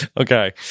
Okay